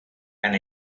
and